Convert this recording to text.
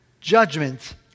judgment